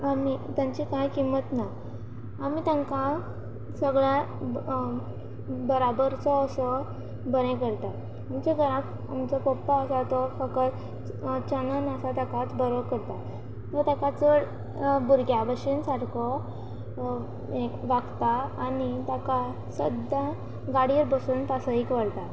आनी तांची कांय किंमत ना आमी तांकां सगळ्या बराबरचो असो बरें करता आमच्या घरांत आमचो पप्पा आसा तो फकत चनन आसा ताकाच बरो करता तो तेका चड भुरग्या भशेन सारको यें वागता आनी ताका सद्दां गाडयेर बसोवून पासयेक व्हरता